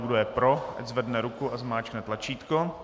Kdo je pro, ať zvedne ruku a zmáčkne tlačítko.